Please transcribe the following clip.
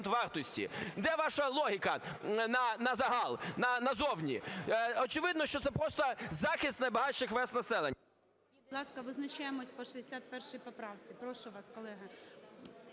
Де ваша логіка назагал, назовні? Очевидно, що це просто захист найбагатших верств населення.